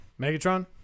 Megatron